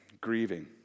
grieving